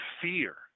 Fear